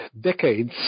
decades